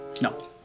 No